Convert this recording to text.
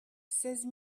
seize